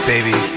Baby